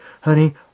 Honey